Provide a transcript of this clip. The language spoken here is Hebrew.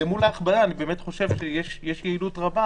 אל מול ההכבדה אני סבור שיש יעילות רבה